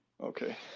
okay